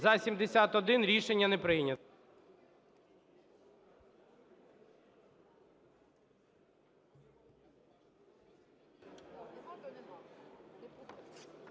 За-73 Рішення не прийнято.